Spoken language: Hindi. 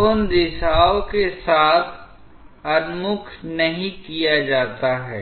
उन दिशाओं के साथ उन्मुख नहीं किया जाता है